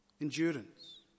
endurance